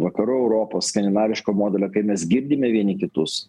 vakarų europos skandinaviško modelio kai mes girdime vieni kitus